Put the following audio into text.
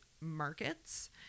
markets